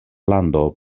lando